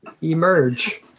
Emerge